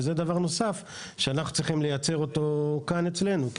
אז זה דבר נוסף שאנחנו צריכים לייצר אותו כאן אצלנו.